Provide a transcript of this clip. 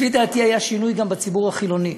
לפי דעתי, היה שינוי גם בציבור החילוני,